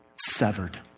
severed